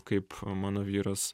kaip mano vyras